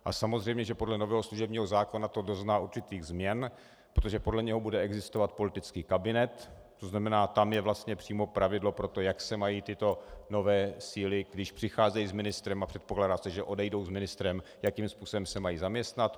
A samozřejmě, že podle nového služebního zákona to dozná určitých změn, protože podle něj bude existovat politický kabinet, to znamená, tam je vlastně přímo pravidlo pro to, jak se mají tyto nové síly, když přicházejí s ministrem a předpokládá se, že odejdou s ministrem, jakým způsobem se mají zaměstnat.